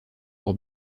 pour